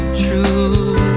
true